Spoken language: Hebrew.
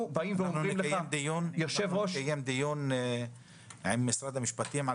אנחנו נקיים דיון עם משרד המשפטים על